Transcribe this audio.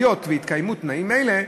היה והתקיימו תנאים אלה,